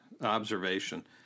observation